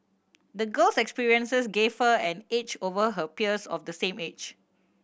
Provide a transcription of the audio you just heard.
the girl's experiences gave her an edge over her peers of the same age